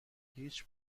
هیچ